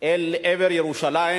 אל עבר ירושלים,